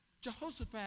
Jehoshaphat